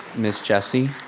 ms. jessie.